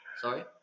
Sorry